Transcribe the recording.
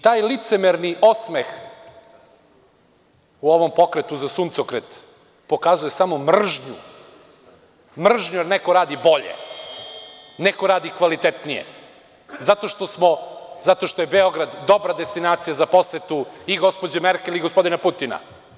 Taj licemerni osmeh u ovom pokretu za suncokret pokazuje samo mržnju, jer neko radi bolje, neko radi kvalitetnije, zato što je Beograd dobra destinacija za posetu i gospođe Merkel i gospodina Putina.